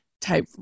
type